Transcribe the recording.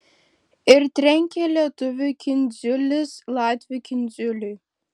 ir trenkia lietuvių kindziulis latvių kindziuliui